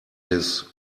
his